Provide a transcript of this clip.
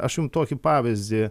aš jum tokį pavyzdį